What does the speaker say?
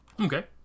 Okay